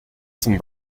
some